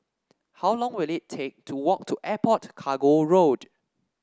how long will it take to walk to Airport Cargo Road